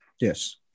Yes